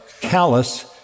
callous